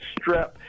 strep